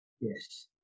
yes